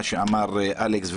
מה שאמר אלכס,